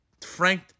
Frank